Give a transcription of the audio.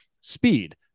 Speed